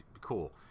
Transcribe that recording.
cool